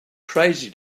crazy